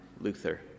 Luther